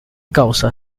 causa